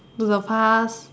to the past